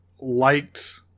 liked